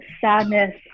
sadness